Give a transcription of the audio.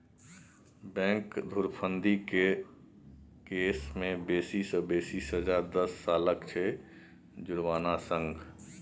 bank धुरफंदी केर case मे बेसी सँ बेसी सजा दस सालक छै जुर्माना संग